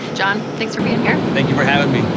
john, thanks for being here. thank you for having me.